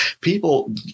people